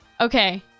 Okay